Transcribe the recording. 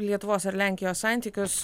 lietuvos ir lenkijos santykius